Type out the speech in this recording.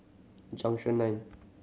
Junction Nine